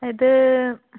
ഇത്